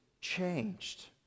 changed